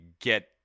get